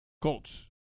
Colts